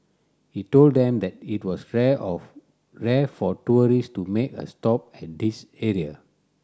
he told them that it was rare of rare for tourist to make a stop at this area